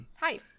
hi